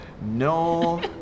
no